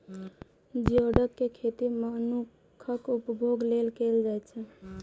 geoduck के खेती मनुक्खक उपभोग लेल कैल जाइ छै